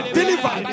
deliver